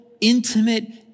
intimate